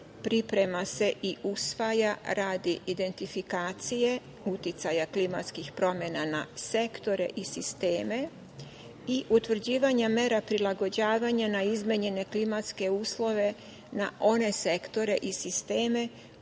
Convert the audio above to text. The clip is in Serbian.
priprema se i usvaja radi identifikacije uticaja klimatskih promena na sektore i sisteme i utvrđivanja mera prilagođavanja na izmenjene klimatske uslove na one sektore i sistema